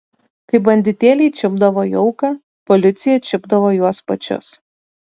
kai banditėliai čiupdavo jauką policija čiupdavo juos pačius